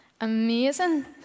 amazing